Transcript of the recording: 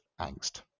angst